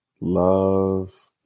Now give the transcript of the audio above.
love